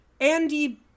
Andy